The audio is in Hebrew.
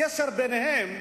הקשר ביניהם: